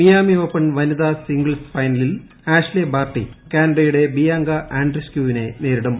Miami Open വനിതാ singles ഫൈനലിൽ Ashleigh Barty കാനഡയുടെ ബിയാങ്ക ആൻഡ്രീസ് കൂവിനെ നേരിടും